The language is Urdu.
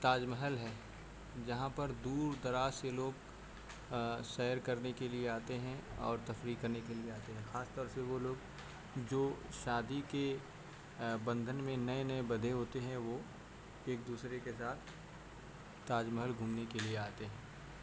تاج محل ہے جہاں پر دور دراز سے لوگ سیر کرنے کے لیے آتے ہیں اور تفریح کرنے کے لیے آتے ہیں خاص طور سے وہ لوگ جو شادی کے بندھن میں نئے نئے بدھے ہوتے ہیں وہ ایک دوسرے کے ساتھ تاج محل گھومنے کے لیے آتے ہیں